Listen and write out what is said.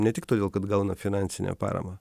ne tik todėl kad gauna finansinę paramą